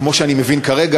כמו שאני מבין כרגע,